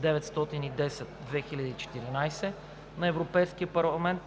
909/2014 на Европейския парламент